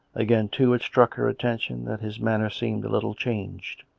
again, too, it struck her attention that his manner seemed a little changed.